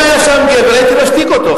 אם היה שם גבר, הייתי משתיק אותו.